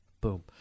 Boom